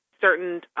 certain